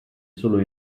solo